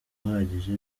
uhagije